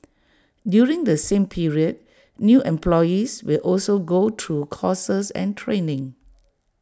during the same period new employees will also go through courses and training